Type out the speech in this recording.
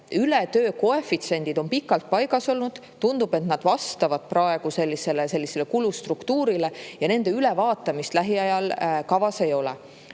Ületöö koefitsiendid on pikalt paigas olnud. Tundub, et need vastavad praegu kulustruktuuridele, ja nende ülevaatamist lähiajal kavas ei ole. Kui